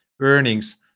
Earnings